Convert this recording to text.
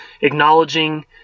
acknowledging